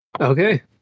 Okay